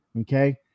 okay